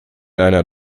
einer